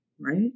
right